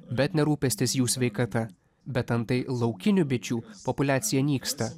bet ne rūpestis jų sveikata bet antai laukinių bičių populiacija nyksta